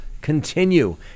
continue